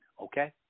okay